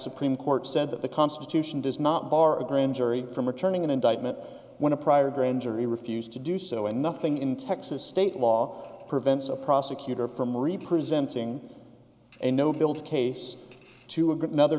supreme court said that the constitution does not bar a grand jury from returning an indictment when a prior grand jury refused to do so and nothing in texas state law prevents a prosecutor from marie presenting a no build case to a